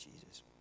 Jesus